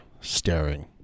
staring